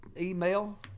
email